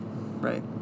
Right